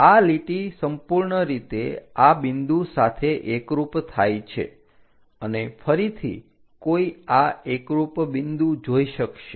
તો આ લીટી સંપૂર્ણ રીતે આ બિંદુ સાથે એકરૂપ થાય છે અને ફરીથી કોઈ આ એકરૂપ બિંદુ જોઈ શકશે